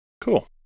Cool